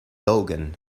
logan